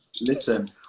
Listen